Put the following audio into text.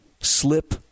slip